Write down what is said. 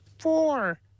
Four